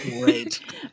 Great